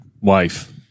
wife